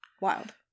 wild